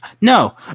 No